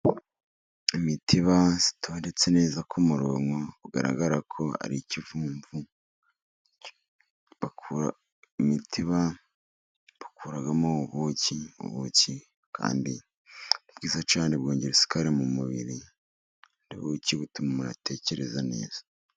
Imitiba itondetse neza ku murongo ,ugaragara ko ari ikivumvu, imitiba bakuramo ubuki, ubuki kandi ni bwiza cyane bwongera isukari mu mubiri ,ubuki butuma umuntu atekereza neza.